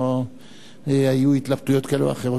שהיו התלבטויות כאלה ואחרות.